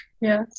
Yes